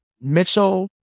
Mitchell